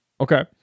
Okay